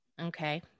Okay